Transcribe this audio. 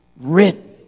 written